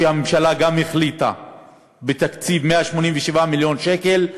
שהממשלה גם החליטה בתקציב על 187 מיליון שקל,